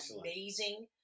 amazing